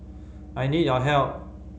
I need your help